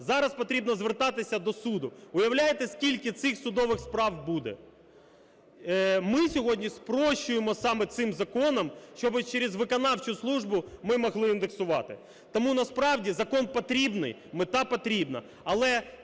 зараз потрібно звертатися до суду. Уявляєте, скільки цих судових справ буде? Ми сьогодні спрощуємо саме цим законом, щоби через виконавчу службу ми могли індексувати. Тому, насправді, закон потрібний, мета потрібна,